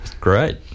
Great